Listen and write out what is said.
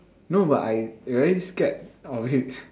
no but I very scared of it